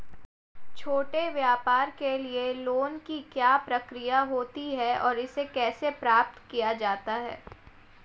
छोटे व्यापार के लिए लोंन की क्या प्रक्रिया होती है और इसे कैसे प्राप्त किया जाता है?